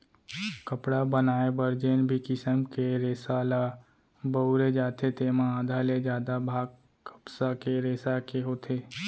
कपड़ा बनाए बर जेन भी किसम के रेसा ल बउरे जाथे तेमा आधा ले जादा भाग कपसा के रेसा के होथे